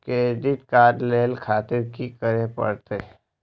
Credit card ले खातिर की करें परतें?